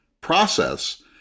process